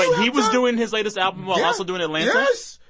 and he was doing his latest album while also doing atlanta? yeah. yes.